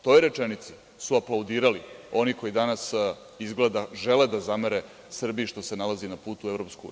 Toj rečenici su aplaudirali oni koji danas, izgleda, žele da zamere Srbiji što se nalazi na putu u EU.